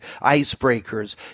icebreakers